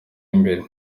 imbere